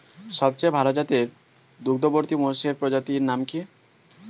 সবচেয়ে ভাল জাতের দুগ্ধবতী মোষের প্রজাতির নাম কি?